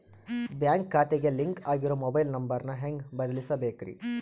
Bank ಖಾತೆಗೆ link ಆಗಿರೋ mobile number ನ ಹೆಂಗ್ ಬದಲಿಸಬೇಕ್ರಿ?